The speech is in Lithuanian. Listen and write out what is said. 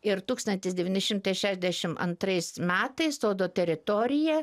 ir tūkstantis devyni šimtai šešiasdešimt antrais metais sodo teritorija